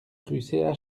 rue